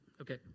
Okay